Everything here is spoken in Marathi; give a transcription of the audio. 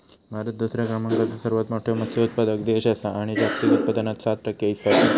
भारत दुसऱ्या क्रमांकाचो सर्वात मोठो मत्स्य उत्पादक देश आसा आणि जागतिक उत्पादनात सात टक्के हीस्सो आसा